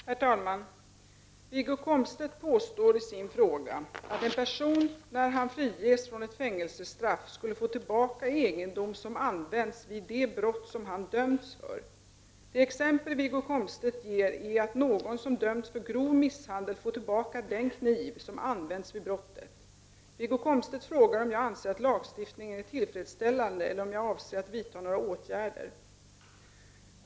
Herr talman! Wiggo Komstedt påstår i sin fråga att en person, när han friges från ett fängelsestraff, skulle få tillbaka egendom som använts vid det brott som han dömts för. Det exempel Wiggo Komstedt ger är att någon som dömts för grov misshandel får tillbaka den kniv som använts vid brottet. Wiggo Komstedt frågar om jag anser att lagstiftningen är tillfredsställande eller om jag avser att vidta några åtgärder.